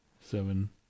seven